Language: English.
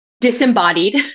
disembodied